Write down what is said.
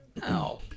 No